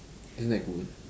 isn't that good